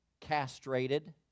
castrated